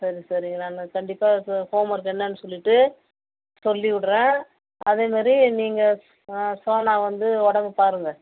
சரி சரி நான் கண்டிப்பாக ச ஹோம்ஒர்க் என்னான்னு சொல்லிட்டு சொல்லிவிட்றேன் அதே மாதிரி நீங்கள் ஸ் சோனா வந்து உடம்ப பாருங்கள்